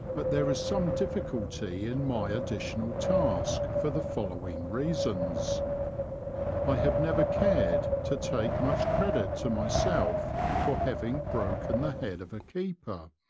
but there is some difficulty in my additional task for the following reasons i have never cared to take much credit to myself for having broken the head of a keeper,